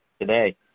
today